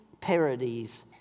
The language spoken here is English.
parodies